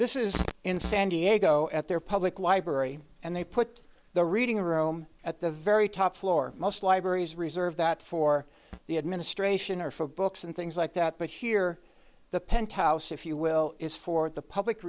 this is in san diego at their public library and they put the reading room at the very top floor most libraries reserve that for the administration or for books and things like that but here the penthouse if you will is for the public